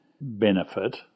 benefit